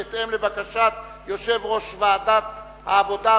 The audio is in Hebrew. בהתאם לבקשת יושב-ראש ועדת העבודה,